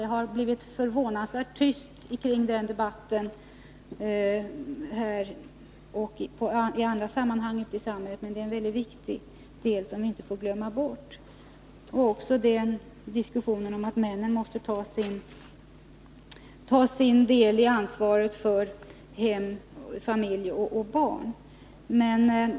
Det har blivit förvånansvärt tyst kring den debatten både här och i andra sammanhang ute i samhället, men det är en väldigt viktig del som vi inte får glömma bort, liksom också diskussionen om att männen måste ta sin del av ansvaret för familj och barn.